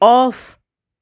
off